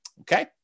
Okay